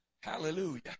hallelujah